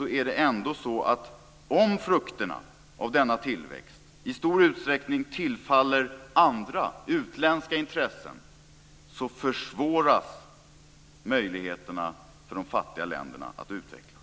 är det ändå så att om frukterna av denna tillväxt i stor utsträckning tillfaller andra, utländska intressen, så försvåras möjligheterna för de fattiga länderna att utvecklas.